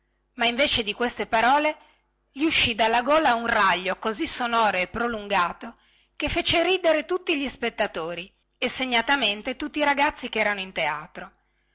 ma invece di queste parole gli uscì dalla gola un raglio così sonoro e prolungato che fece ridere tutti gli spettatori e segnatamente tutti i ragazzi che erano in teatro